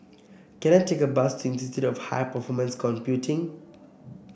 can I take a bus to Institute of High Performance Computing